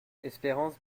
espérance